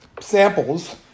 samples